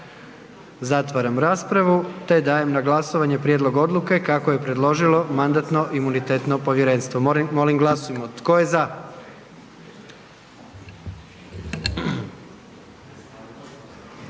Zatvaram raspravu te dajem na glasovanje Prijedlog odluke kako je predložilo Mandatno-imunitetno povjerenstvo. Molim glasujmo. Tko je za?